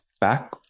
back